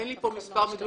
אין לי פה מספר מדויק.